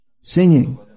singing